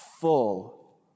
full